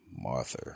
Martha